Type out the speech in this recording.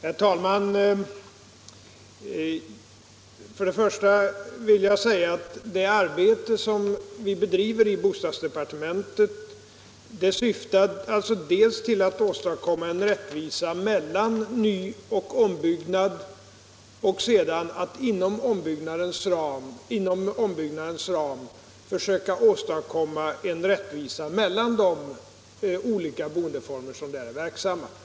Herr talman! Först och främst vill jag säga att det arbete vi bedriver i bostadsdepartementet syftar dels till att åstadkomma en rättvisa mellan nyoch ombyggnad, dels till att inom ombyggnadens ram åstadkomma en rättvisa mellan de olika boendeformer som där förekommer.